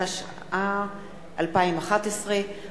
התשע”א 2011,